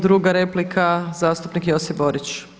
Druga replika zastupnik Josip Borić.